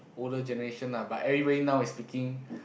older generation lah but everybody now is speaking